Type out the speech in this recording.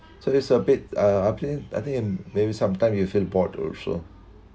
so it's a bit uh plain I think in maybe sometime you feel bored also